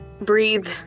Breathe